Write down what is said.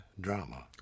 drama